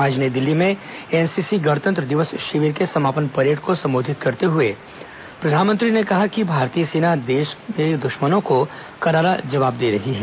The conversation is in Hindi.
आज नई दिल्ली में एनसीसी गणतंत्र दिवस शिविर के समापन परेड को संबोधित करते हए प्रधानमंत्री ने कहा कि भारतीय सेना देश के दुश्मनों को करारा जवाब दे रही है